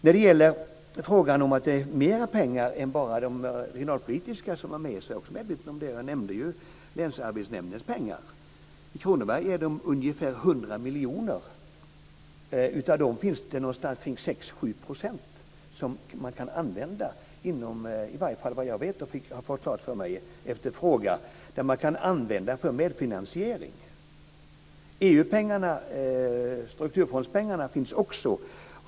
När det gäller att man har mer pengar än bara de regionalpolitiska medlen nämnde jag länsarbetsnämndens pengar. I Kronoberg är de ungefär 100 miljoner. Av dem kan man, såvitt jag vet och har fått klart för mig efter interpellationen, använda någonstans kring 6-7 % för medfinansiering. EU-pengarna, strukturfondspengarna, finns också.